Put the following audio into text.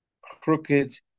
crooked